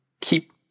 keep